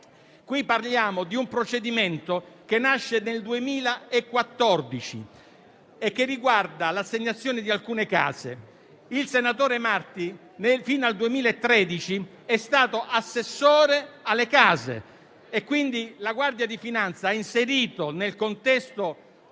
Qui parliamo di un procedimento che nasce nel 2014 e che riguarda l'assegnazione di alcune case. Il senatore Marti fino al 2013 è stato assessore alla casa e quindi la Guardia di finanza ha inserito, nel contesto